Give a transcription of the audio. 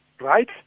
right